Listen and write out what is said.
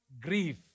grief